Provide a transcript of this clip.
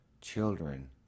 children